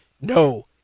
no